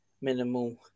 minimal